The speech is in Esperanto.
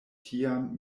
tiam